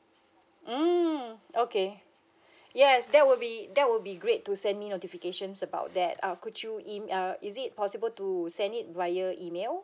mm mm okay yes that would be that would be great to send me notifications about that err could you e~ uh is it possible to send it via email